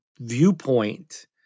viewpoint